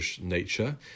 nature